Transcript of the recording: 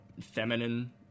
feminine